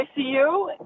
ICU